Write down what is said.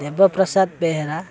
Debaprasad Behera